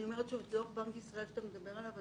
אני לא מכירה את דוח בנק ישראל שאתה מדבר עליו.